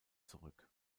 zurück